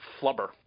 flubber